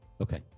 Okay